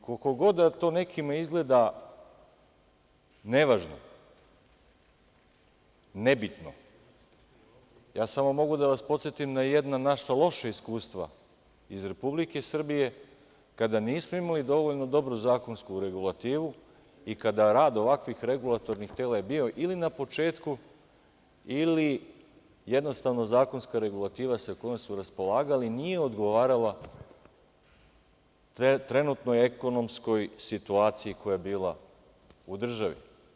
Koliko god to nekima izgleda nevažno, ne bitno, ja samo mogu da vas podsetim na loša iskustva iz Republike Srbije kada nismo imali dovoljno dobru zakonsku regulativu i kada je rad ovakvih regulatornih tela bio na početku ili jednostavno zakonska regulativa sa kojom smo raspolagali nije odgovarala trenutnoj ekonomskoj situaciji koja je bila u državi.